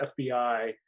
FBI